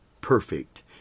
perfect